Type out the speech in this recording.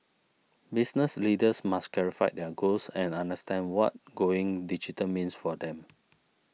business leaders must clarify their goals and understand what going digital means for them